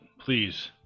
please